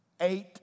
eight